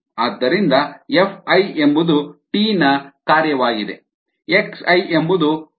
ಆದ್ದರಿಂದ Fi ಎಂಬುದು t ನ ಕಾರ್ಯವಾಗಿದೆ xi ಎಂಬುದು t ನ ಕಾರ್ಯವಾಗಿದೆ